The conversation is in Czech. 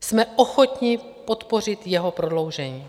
Jsme ochotni podpořit jeho prodloužení.